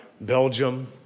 Belgium